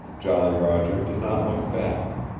jolly roger did not look back.